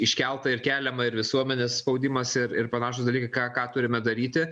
iškeltą ir keliamą ir visuomenės spaudimas ir ir panašūs dalykai ką ką turime daryti